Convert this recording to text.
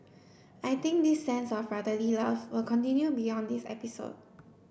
I think this sense of brotherly love will continue beyond this episode